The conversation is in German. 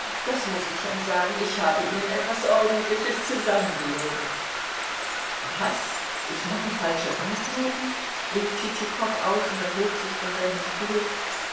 das muß ich schon sagen ich habe ihnen etwas ordentliches zusammengelogen was ich mache falsche banknoten rief tschitschikow aus und erhob sich von seinem stuhl